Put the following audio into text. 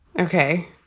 Okay